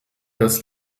das